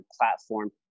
platform